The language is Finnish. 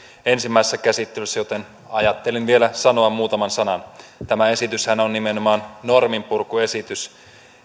ensimmäisessä käsittelyssä joten ajattelin vielä sanoa muutaman sanan tämä esityshän on nimenomaan norminpurkuesitys